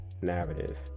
narrative